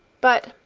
but,